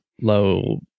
low